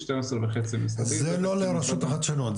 שתיים עשרה וחצי משרדי --- זה לא לרשות החדשנות,